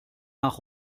nach